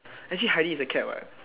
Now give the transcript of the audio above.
actually Heidi is the cat what